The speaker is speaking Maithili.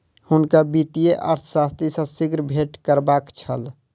हुनका वित्तीय अर्थशास्त्री सॅ शीघ्र भेंट करबाक छल